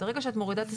ברגע שאת מורידה,